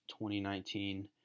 2019